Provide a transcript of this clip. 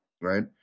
right